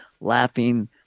laughing